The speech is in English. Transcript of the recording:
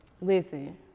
Listen